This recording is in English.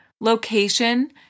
location